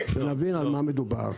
כדי שנבין על מה מדובר.